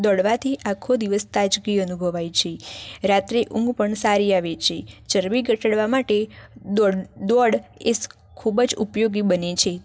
દોડવાથી આખો દિવસ તાજગી અનુભવાય છે રાત્રે ઊંઘ પણ સારી આવે છે ચરબી ઘટાડવા માટે દોડ દોડએ ખૂબ જ ઉપયોગી બને છે